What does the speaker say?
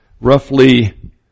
roughly